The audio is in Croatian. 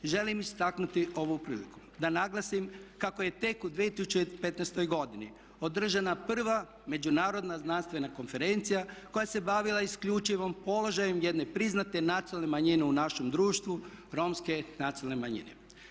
Želim istaknuti ovu priliku da naglasim kako je tek u 2015. godini održana prva međunarodna znanstvena konferencija koja se bavila isključivo položajem jedne priznate nacionalne manjine u našem društvu Romske nacionalne manjine.